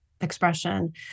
expression